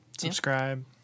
Subscribe